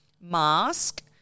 mask